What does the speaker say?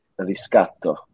riscatto